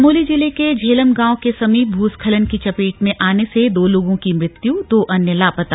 चमोली जिले के झेलम गांव के समीप भूस्खलन की चपेट में आने से दो लोगों की मृत्यु दो अन्य लापता